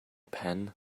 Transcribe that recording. pen